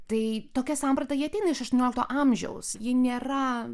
tai tokia samprata ji ateina iš aštuoniolikto amžiaus ji nėra